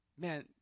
man